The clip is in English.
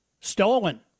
stolen